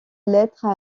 lettres